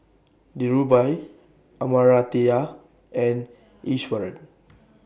Dhirubhai Amartya and Iswaran